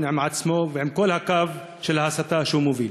עם עצמו ועם כל הקו של ההסתה שהוא מוביל.